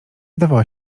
zdawała